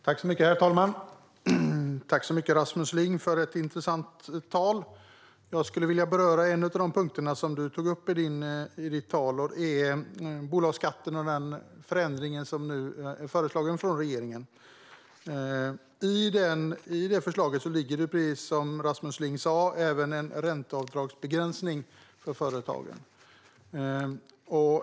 Herr talman! Tack så mycket för ett intressant tal, Rasmus Ling! Jag skulle vilja beröra en av de punkter du tog upp, och det är bolagsskatten och den förändring som nu är föreslagen från regeringen. I förslaget ligger det, precis som Rasmus Ling sa, även en ränteavdragsbegränsning för företagen.